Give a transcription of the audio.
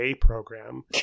program